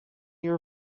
your